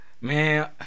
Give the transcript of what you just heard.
Man